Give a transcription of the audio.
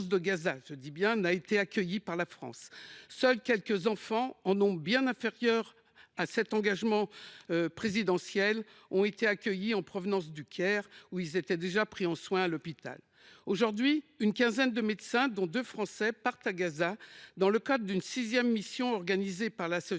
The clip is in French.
de Gaza n’a été accueilli par la France. Seuls quelques enfants, dont le nombre est bien inférieur à celui qui avait été évoqué dans cet engagement présidentiel, ont été accueillis en provenance du Caire, où ils étaient déjà pris en soins à l’hôpital. Aujourd’hui, une quinzaine de médecins, dont deux Français, partent à Gaza dans le cadre d’une sixième mission organisée par l’association